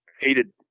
hated